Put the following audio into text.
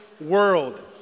world